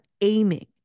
aiming